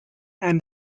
and